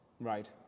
Right